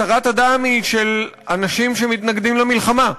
התרת הדם היא של אנשים שמתנגדים למלחמה,